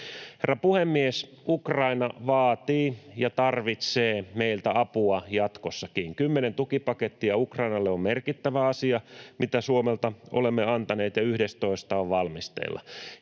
Herra puhemies! Ukraina vaatii ja tarvitsee meiltä apua jatkossakin. Kymmenen tukipakettia Ukrainalle on merkittävä asia, mitä Suomesta olemme antaneet. Yhdestoista on valmisteilla,